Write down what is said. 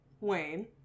Wayne